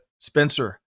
Spencer